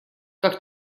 как